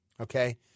Okay